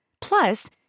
Plus